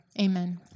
Amen